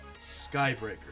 Skybreaker